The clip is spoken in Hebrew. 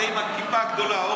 זה עם הכיפה הגדולה.